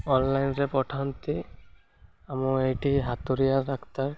ଅନଲାଇନ୍ରେ ପଠାନ୍ତି ଆମ ଏଇଠି ହାତୁରିଆ ଡାକ୍ତର